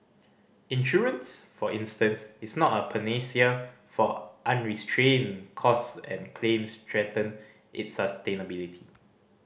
insurance for instance is not a panacea for unrestrained costs and claims threaten its sustainability